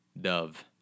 dove